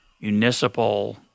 municipal